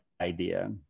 idea